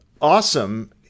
awesome